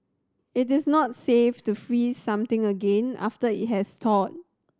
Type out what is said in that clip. it is not safe to freeze something again after it has thawed